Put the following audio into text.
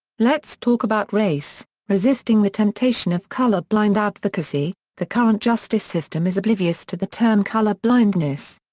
let's talk about race resisting the temptation of colorblind advocacy the current justice system is oblivious to the term colorblindness.